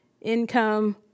income